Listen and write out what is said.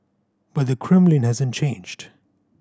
but the Kremlin hasn't changed